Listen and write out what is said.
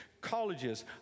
colleges